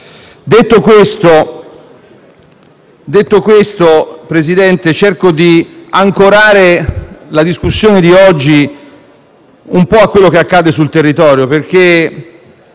Detto questo, Presidente, cerco di ancorare la discussione di oggi a quello che accade sul territorio.